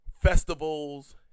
festivals